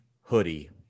hoodie